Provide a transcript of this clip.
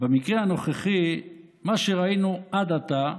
במקרה הנוכחי, במה שראינו עד עתה,